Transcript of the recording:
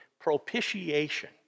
Propitiation